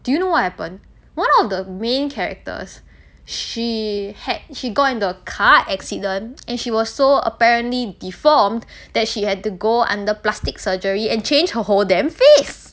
do you know what happened one of the main characters she had she got into a car accident and she was so apparently deformed that she had to go under plastic surgery and changed her whole damn face